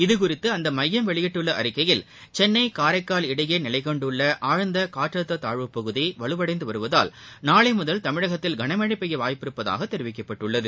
இதுகுறித்து அந்த மையம் வெளியிட்டுள்ள அறிக்கையில் சென்னை காரைக்கால் இடையே நிலைகொண்டுள்ள ஆழ்ந்த காற்றழுத்த தாழ்வுப்பகுதி வலுவடைந்து வருவதால் நாளை முதல் தமிழகத்தில் கனமழை பெய்ய வாய்ப்புள்ளதாக தெரிவிக்கப்பட்டுள்ளது